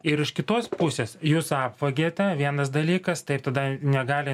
ir iš kitos pusės jūs apvagiate vienas dalykas tai ir tada negali